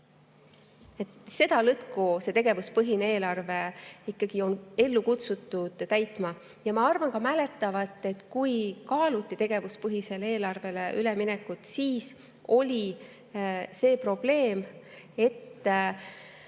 Seda lõtku see tegevuspõhine eelarve on ellu kutsutud täitma. Ma arvan ka mäletavat, et kui kaaluti tegevuspõhisele eelarvele üleminekut, siis oli see probleem, et